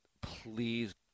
please